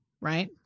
right